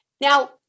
Now